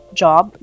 job